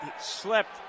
slipped